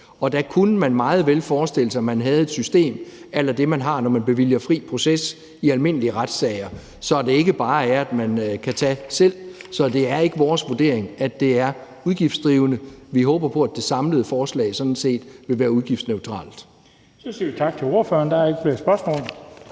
og der kunne man meget vel forestille sig, at man havde et system a la det, man har, når man bevilger fri proces i almindelige retssager, sådan at nogen ikke bare kan tage selv. Så det er ikke vores vurdering, at det er udgiftsdrivende. Vi håber på, at det samlede forslag sådan set vil være udgiftsneutralt. Kl. 19:12 Den fg. formand (Bent Bøgsted): Så siger vi tak til ordføreren. Der er ikke flere spørgsmål.